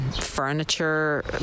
furniture